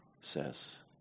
says